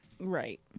right